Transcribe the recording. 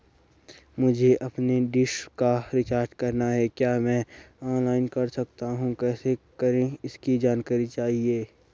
मुझे अपनी डिश का रिचार्ज करना है क्या मैं ऑनलाइन कर सकता हूँ कैसे करें इसकी जानकारी चाहिए?